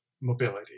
mobility